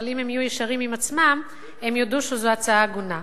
אבל אם הם יהיו ישרים עם עצמם הם יודו שזו הצעה הגונה.